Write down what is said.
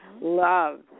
Love